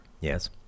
yes